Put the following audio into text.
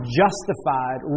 justified